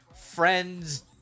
friends